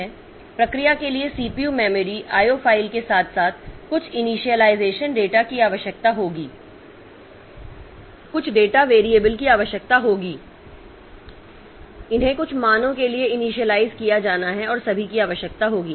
प्रक्रिया के लिए CPU मेमोरी IO फ़ाइल के साथ साथ कुछ इनिशियलाइज़ेशन डेटा की आवश्यकता होगी कुछ डेटा वैरिएबल की आवश्यकता होगी इन्हें कुछ मानों के लिए इनिशियलाइज़ किया जाना है और सभी की आवश्यकता होगी